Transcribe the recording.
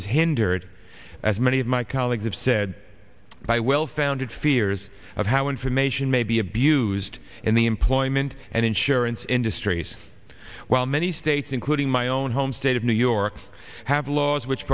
is hindered as many of my colleagues have said by well founded fears of how information may be abused in the employment and insurance industries while many states including my own home state of new york have laws which